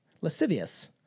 Lascivious